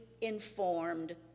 informed